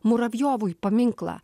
muravjovui paminklą